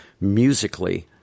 musically